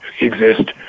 exist